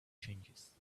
changes